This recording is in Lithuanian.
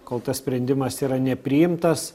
kol tas sprendimas yra nepriimtas